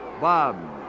Bob